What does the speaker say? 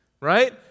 right